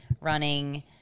running